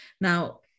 Now